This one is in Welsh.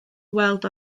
weld